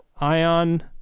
Ion